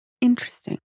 Interesting